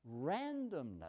randomness